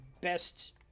best